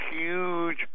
huge